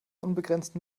unbegrenzten